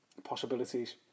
Possibilities